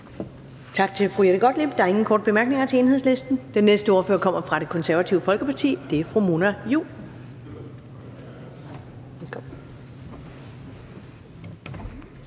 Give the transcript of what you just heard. Tak til fru Jette Gottlieb. Der er ingen korte bemærkninger til Enhedslistens ordfører. Den næste ordfører kommer fra Det Konservative Folkeparti, og det er fru Mona Juul.